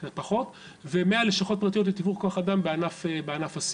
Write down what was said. קצת פחות ו-100 לשכות פרטיות לתיווך כוח אדם בענף הסיעוד.